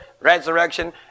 resurrection